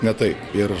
ne taip ir